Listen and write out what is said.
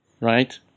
right